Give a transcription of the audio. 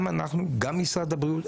גם אנחנו, גם משרד הבריאות.